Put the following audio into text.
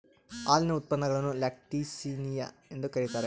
ಹಾಲಿನ ಉತ್ಪನ್ನಗುಳ್ನ ಲ್ಯಾಕ್ಟಿಸಿನಿಯ ಎಂದು ಕರೀತಾರ